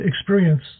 experience